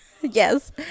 yes